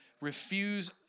Refuse